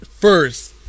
first